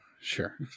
Sure